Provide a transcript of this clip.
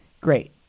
Great